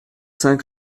cinq